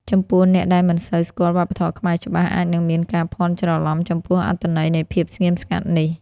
ចំពោះអ្នកដែលមិនសូវស្គាល់វប្បធម៌ខ្មែរច្បាស់ អាចនឹងមានការភ័ន្តច្រឡំចំពោះអត្ថន័យនៃភាពស្ងៀមស្ងាត់នេះ។